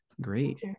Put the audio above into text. Great